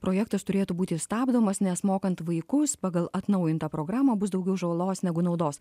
projektas turėtų būti stabdomas nes mokant vaikus pagal atnaujintą programą bus daugiau žalos negu naudos